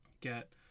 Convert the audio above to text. get